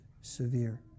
severe